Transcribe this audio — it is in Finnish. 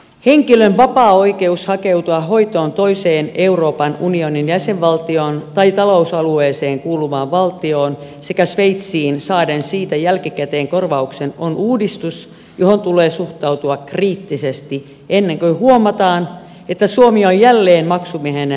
henkilön vapaa oikeus hakeutua hoitoon toiseen euroopan unionin jäsenvaltioon tai talousalueeseen kuuluvaan valtioon sekä sveitsiin saaden siitä jälkikäteen korvauksen on uudistus johon tulee suhtautua kriittisesti ennen kuin huomataan että suomi on jälleen maksumiehenä muiden viuluille